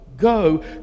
go